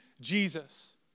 Jesus